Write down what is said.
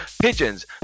Pigeons